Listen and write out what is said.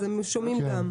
הם שומעים גם.